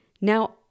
Now